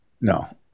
No